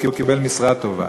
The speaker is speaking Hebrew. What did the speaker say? והוא קיבל משרה טובה.